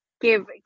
give